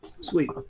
Sweet